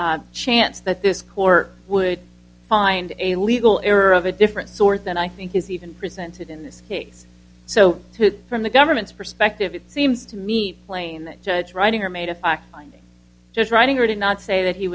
the chance that this court would find a legal error of a different sort then i think is even presented in this case so from the government's perspective it seems to me plain that judge writing her made a fact finding just writing or did not say that he